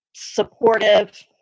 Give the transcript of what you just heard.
supportive